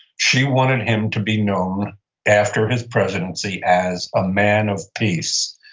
she wanted him to be known after his presidency, as a man of peace.